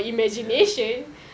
ya